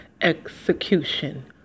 execution